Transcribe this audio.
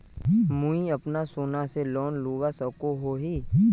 मुई अपना सोना से लोन लुबा सकोहो ही?